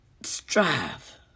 strive